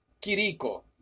Kiriko